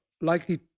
likely